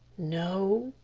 no,